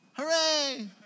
Hooray